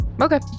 okay